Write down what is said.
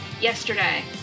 yesterday